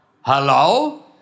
Hello